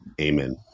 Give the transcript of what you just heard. Amen